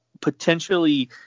potentially –